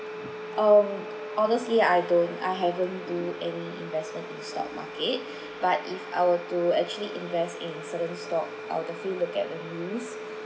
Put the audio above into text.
um honestly I don't I haven't do do any investment in stock market but if I were to actually invest in stock I'll definitely look at the risk